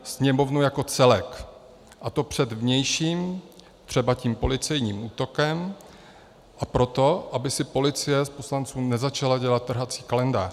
Sněmovnu jako celek, a to před vnějším, třeba tím policejním útokem, a proto, aby si policie z poslanců nezačala dělat trhací kalendář.